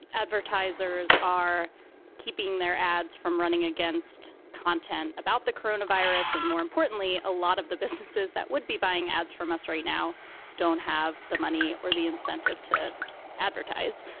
advertisers are keeping their ads from running against content about the corona virus. and more importantly, a lot of the businesses that would be buying ads from us right now don't have the money or the incentive to advertise.